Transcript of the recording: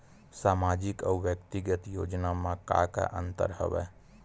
सामाजिक अउ व्यक्तिगत योजना म का का अंतर हवय?